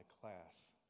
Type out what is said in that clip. class